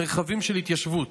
מרחבים של התיישבות,